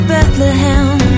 Bethlehem